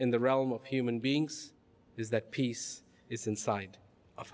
in the realm of human beings is that peace is inside of